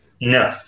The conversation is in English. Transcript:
No